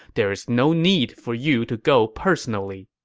there is no need for you to go personally.